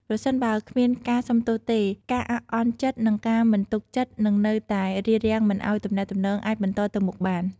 ប្រសិនបើគ្មានការសុំទោសទេ ការអាក់អន់ចិត្ត និងការមិនទុកចិត្តនឹងនៅតែរារាំងមិនឱ្យទំនាក់ទំនងអាចបន្តទៅមុខបាន។